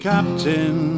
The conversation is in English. Captain